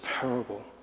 parable